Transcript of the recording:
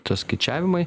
tas skaičiavimai